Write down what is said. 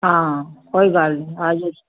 ਹਾਂ ਕੋਈ ਗੱਲ ਨਹੀਂ ਆ ਜਾਇਓ ਤੁਸੀਂ